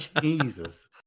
Jesus